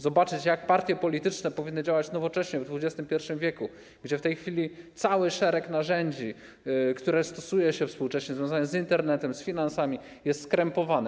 Zobaczyć, jak partie polityczne powinny działać nowocześnie w XXI w., gdzie w tej chwili cały szereg narzędzi, które stosuje się współcześnie, związanych z Internetem, z finansami jest skrępowany.